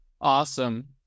Awesome